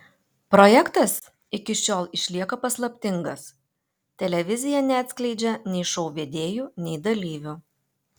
projektas iki šiol išlieka paslaptingas televizija neatskleidžia nei šou vedėjų nei dalyvių